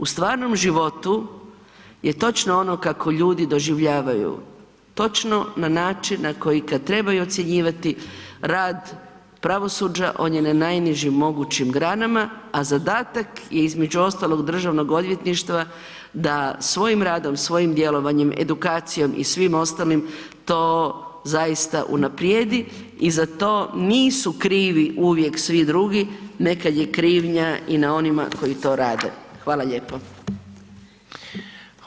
U stvarnom životu je točno ono kako ljudi doživljavaju, točno na način na koji kada trebaju ocjenjivati rad pravosuđa on je na najnižim mogućim granama, a zadatak je između ostalog Državnog odvjetništva da svojim radom, svojim djelovanjem, edukacijom i svim ostalim to zaista unaprijedi i za to nisu krivi uvijek svi drugi, nekad je krivnja i na onima koji to rade.